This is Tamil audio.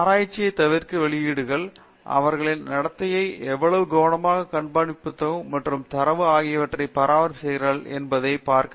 பேராசிரியர் சத்யநாராயணன் என் கும்மாடி ஆராய்ச்சியை தவிர்த்து வெளியீடுகள் அவர்களின் நடத்தையைப் எவ்வளவு கவனமாக கண்காணிப்பு புத்தகம் மற்றும் தரவு ஆகியவற்றைப் பராமரிப்பு செய்கிறார்கள் என்பதை பார்க்க வேண்டும்